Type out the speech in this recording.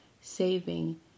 Saving